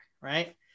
right